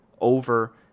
over